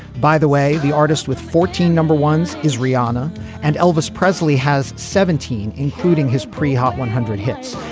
by the way, the artist with fourteen number ones is rihanna and elvis presley has seventeen, including his pre hot one hundred hits.